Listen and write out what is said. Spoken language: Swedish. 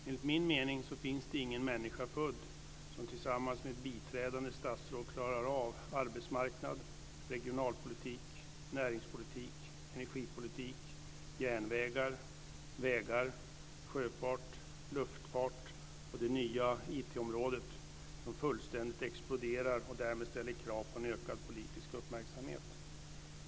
Enligt min mening finns det ingen människa född som tillsammans med ett biträdande statsråd klarar av arbetsmarknad, regionalpolitik, näringspolitik, energipolitik, järnvägar, vägar, sjöfart, luftfart och det nya IT-området, som fullständigt exploderar och därmed ställer krav på en ökad politisk uppmärksamhet.